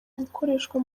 gukoreshwa